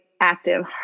active